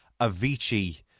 Avicii